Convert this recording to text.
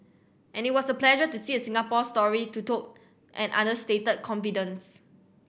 and it was a pleasure to see a Singapore story to told an understated confidence